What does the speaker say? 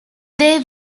they